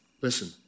listen